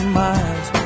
miles